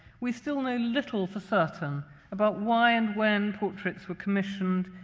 we still know little for certain about why and when portraits were commissioned,